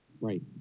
Right